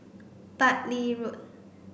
Bartley Road